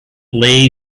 lay